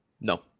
No